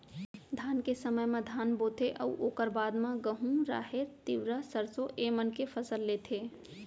धान के समे म धान बोथें अउ ओकर बाद म गहूँ, राहेर, तिंवरा, सरसों ए मन के फसल लेथें